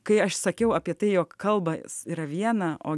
kai aš sakiau apie tai jog kalbas yra viena o